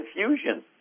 confusion